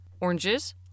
oranges